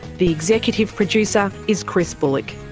the executive producer is chris bullock.